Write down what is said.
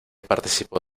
participó